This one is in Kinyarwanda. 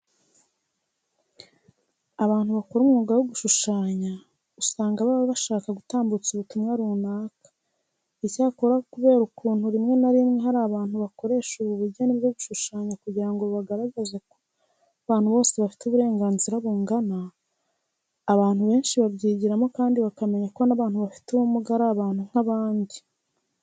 Abantu bakora umwuga wo gushushanya usanga baba bashaka gutambutsa ubutumwa runaka. Icyakora kubera ukuntu rimwe na rimwe hari abantu bakoresha ubu bugeni bwo gushushanya kugira ngo bagaragaze ko abantu bose bafite uburenganzira bungana, abantu benshi babyigiramo kandi bakamenya ko n'abantu bafite ubumuga ari abantu nk'abandi.